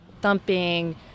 thumping